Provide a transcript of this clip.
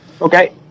Okay